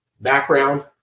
Background